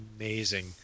amazing